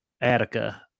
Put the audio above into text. Attica